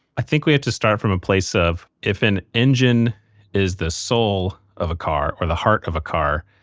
i think we have to start from a place of if an engine is the soul of a car, or the heart of a car,